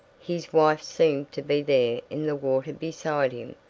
his wife seemed to be there in the water beside him,